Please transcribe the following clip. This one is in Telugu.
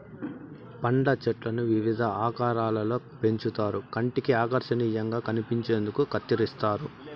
పండ్ల చెట్లను వివిధ ఆకారాలలో పెంచుతారు కంటికి ఆకర్శనీయంగా కనిపించేందుకు కత్తిరిస్తారు